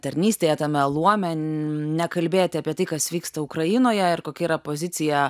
tarnystėje tame luome nekalbėti apie tai kas vyksta ukrainoje ir kokia yra pozicija